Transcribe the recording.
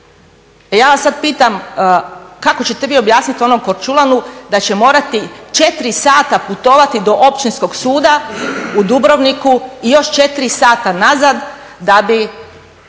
ja vas sada pitam kako ćete vi objasniti onom KOrčulanu da će morati 4 sata putovati do Općinskog suda u Dubrovniku i još 4 sata nazad da bi